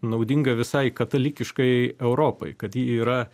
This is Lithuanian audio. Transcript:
naudinga visai katalikiškai europai kad ji yra